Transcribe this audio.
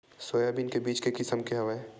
Soybean के बीज के किसम के हवय?